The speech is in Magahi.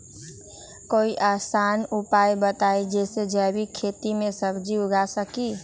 कोई आसान उपाय बताइ जे से जैविक खेती में सब्जी उगा सकीं?